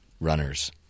runners